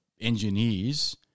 engineers –